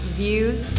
views